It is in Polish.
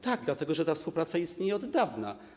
Tak, dlatego że ta współpraca istnieje od dawna.